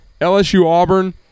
LSU-Auburn